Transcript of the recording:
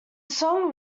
song